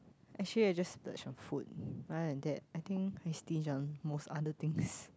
actually I just splurge on food other than that I think I stinge on most other things